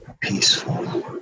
peaceful